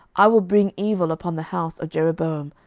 i will bring evil upon the house of jeroboam,